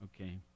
Okay